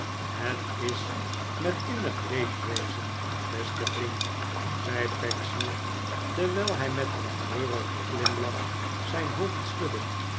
het is met innig leedwezen beste vriend zei pecksniff terwijl hij met een treurigen glindach zijn hoofd schudde